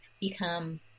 become